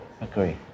agree